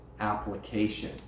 Application